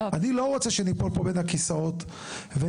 אני לא רוצה שניפול פה בין הכיסאות ונתעורר